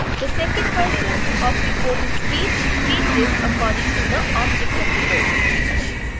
the second person of reported speech changes according to the object of reporting speech.